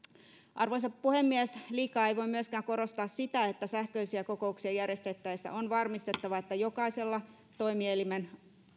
arvoisa puhemies liikaa ei voi myöskään korostaa sitä että sähköisiä kokouksia järjestettäessä on varmistettava että jokaisella toimielimen